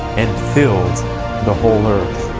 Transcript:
and filled the whole earth.